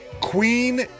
Queen